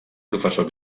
professor